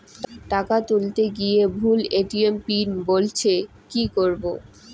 টাকা তুলতে গিয়ে ভুল এ.টি.এম পিন বলছে কি করবো?